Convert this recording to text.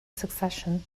succession